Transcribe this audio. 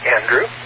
Andrew